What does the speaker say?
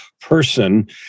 person